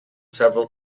several